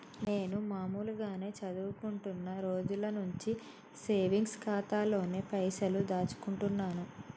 నేను మామూలుగానే చదువుకుంటున్న రోజుల నుంచి సేవింగ్స్ ఖాతాలోనే పైసలు దాచుకుంటున్నాను